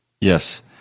Yes